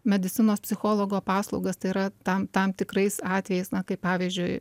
medicinos psichologo paslaugas tai yra tam tam tikrais atvejais na kaip pavyzdžiui